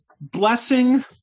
blessing